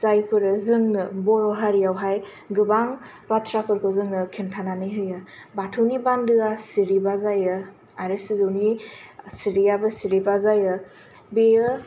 जायफोरो जोंनो बर' हारियावहाय गोबां बाथ्राफोरखौ जोङो खोन्थानानै होयो बाथौनि बान्दोया सिरिबा जायो आरो सिजौनि सिरियाबो सिरिबा जायो बेयो